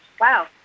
wow